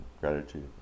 gratitude